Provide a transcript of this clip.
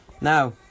Now